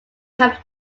have